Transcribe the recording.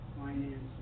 Finance